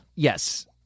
Yes